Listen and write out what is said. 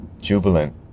jubilant